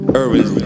urban